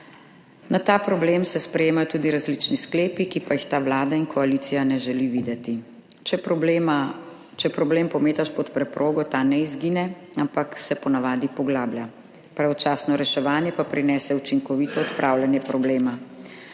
Na ta problem se sprejemajo tudi različni sklepi, ki pa jih ta vlada in koalicija ne želi videti. Če problem pometaš pod preprogo, ta ne izgine, ampak se po navadi poglablja. Pravočasno reševanje pa prinese učinkovito odpravljanje problema.